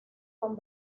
con